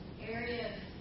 areas